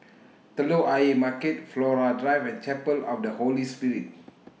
Telok Ayer Market Flora Drive and Chapel of The Holy Spirit